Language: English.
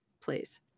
please